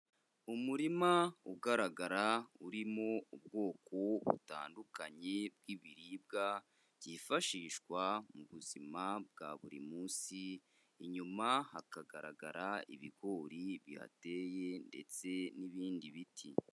Umurima ugaragara urimo ubwoko butandukanye bw'ibiribwa byifashishwa mu buzima bwa buri munsi, inyuma hakagaragara ibigori bihateye ndetse n'ibindi biti.